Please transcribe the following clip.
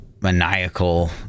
maniacal